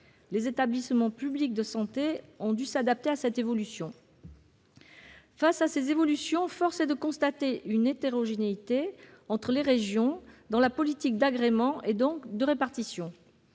Les établissements publics de santé ont dû s'adapter à cette évolution. Or force est de constater une hétérogénéité entre les régions en matière de politique d'agrément, et donc de répartition.